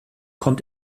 kommt